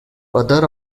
other